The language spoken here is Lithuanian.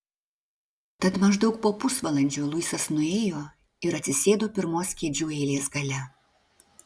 tad maždaug po pusvalandžio luisas nuėjo ir atsisėdo pirmos kėdžių eilės gale